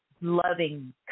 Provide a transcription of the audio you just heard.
loving